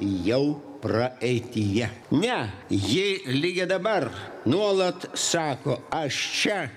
jau praeityje ne ji ligi dabar nuolat sako aš čia